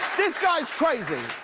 this guy is crazy.